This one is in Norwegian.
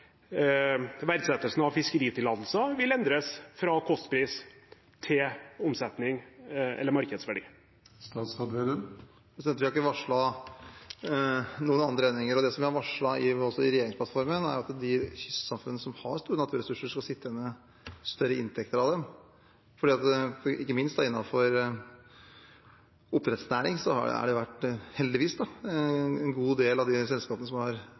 verdsettelsen av fiskeritillatelser vil endres fra kostpris til omsetnings- eller markedsverdi? Vi har ikke varslet noen andre endringer, og det vi har varslet i regjeringsplattformen, er at de kystsamfunn som har store naturressurser, skal sitte igjen med større inntekter av dem. Ikke minst innenfor oppdrettsnæringen har det vært – heldigvis – en god del av selskapene som har tjent store og gode penger. Så er Arbeiderparti–Senterparti-regjeringen opptatt av at de samfunnene som har